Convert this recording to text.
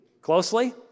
closely